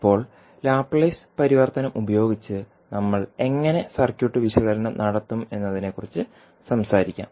ഇപ്പോൾ ലാപ്ലേസ് പരിവർത്തനം ഉപയോഗിച്ച് നമ്മൾ എങ്ങനെ സർക്യൂട്ട് വിശകലനം നടത്തും എന്നതിനെക്കുറിച്ച് സംസാരിക്കാം